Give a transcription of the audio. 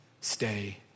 stay